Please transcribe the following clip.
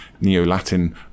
Neo-Latin